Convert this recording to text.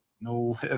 no